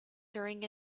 during